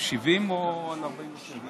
אנחנו עוברים לסעיף